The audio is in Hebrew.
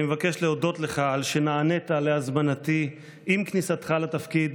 אני מבקש להודות לך על שנענית להזמנתי עם כניסתך לתפקיד